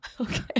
Okay